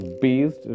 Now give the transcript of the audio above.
based